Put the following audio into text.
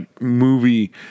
movie